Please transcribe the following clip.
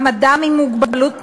גם אדם עם מוגבלות נפשית,